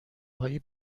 های